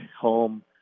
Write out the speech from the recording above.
home